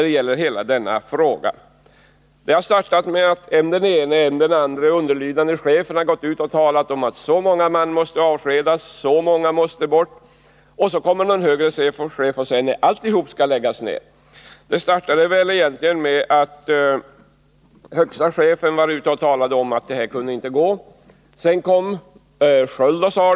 Det har börjat med att än den ene, än den andre underlydande chefen har gått ut och talat om att så eller så många man måste avskedas, att så eller så många måste bort, och sedan kommer någon högre chef och säger att alltihop skall läggas ner. Det startade egentligen med att högste chefen talade om att det här kunde inte gå. Sedan sade Per Sköld detsamma.